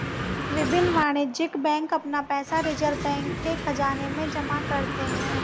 विभिन्न वाणिज्यिक बैंक अपना पैसा रिज़र्व बैंक के ख़ज़ाने में जमा करते हैं